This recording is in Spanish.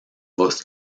voz